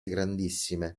grandissime